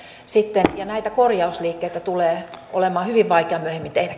sitten ja näitä korjausliikkeitä tulee olemaan hyvin vaikea myöhemmin tehdä